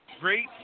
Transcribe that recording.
great